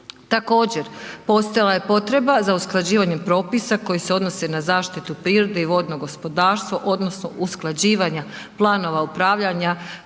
Također, postojala je potreba za usklađivanjem propisa koji se odnose na zaštitu prirode i vodno gospodarstvo odnosno usklađivanja planova upravljanja